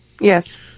Yes